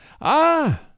Ah